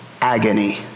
agony